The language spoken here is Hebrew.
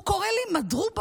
הוא קורא לי "מדרובה",